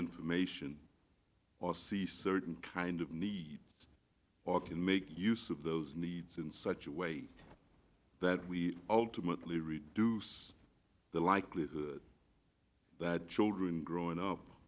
information or see certain kind of need or can make use of those needs in such a way that we ultimately reduce the likelihood that children growing up